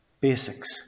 basics